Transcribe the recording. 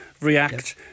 react